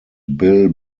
bill